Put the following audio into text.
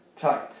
tight